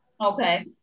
Okay